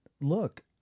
look